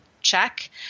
check